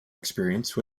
experience